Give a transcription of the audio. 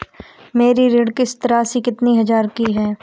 मेरी ऋण किश्त राशि कितनी हजार की है?